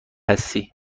هستی